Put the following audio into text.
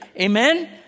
Amen